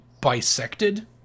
bisected